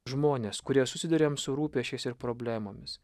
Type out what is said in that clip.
žmonės kurie susiduriam su rūpesčiais ir problemomis